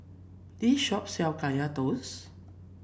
this shop sells Kaya Toast